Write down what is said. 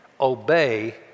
obey